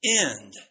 end